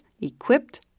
equipped